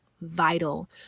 vital